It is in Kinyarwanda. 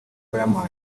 fireman